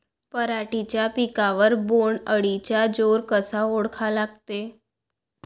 पराटीच्या पिकावर बोण्ड अळीचा जोर कसा ओळखा लागते?